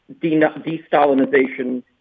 de-Stalinization